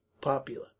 popular